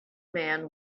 man